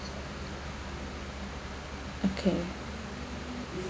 okay